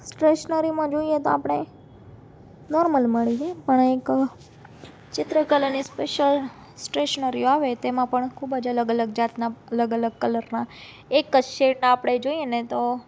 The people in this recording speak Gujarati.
સ્ટેશનરીમાં જોઈએ તો આપણે નોર્મલ મળી રહે પણ એક ચિત્રકલાને સ્પેશ્યલ સ્ટેશનરીઓ આવે તેમાં પણ ખૂબ જ અલગ અલગ જાતના અલગ અલગ કલરમાં એક જ શેડના આપણે જોઈએને તો